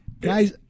Guys